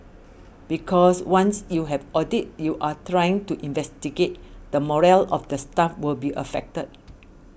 because once you have audit you are trying to investigate the morale of the staff will be affected